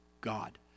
God